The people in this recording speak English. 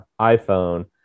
iPhone